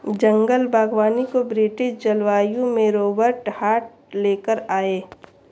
जंगल बागवानी को ब्रिटिश जलवायु में रोबर्ट हार्ट ले कर आये